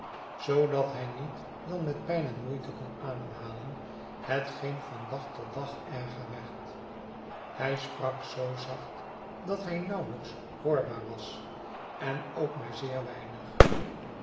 zoodat hij niet dan met pijn en moeite kon ademhalen hetgeen van dag tot dag erger werd hij sprak zoo zacht dat hij nauwelijks hoorbaar was en ook maar zeer weinig